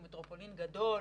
הוא מטרופולין גדול.